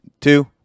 Two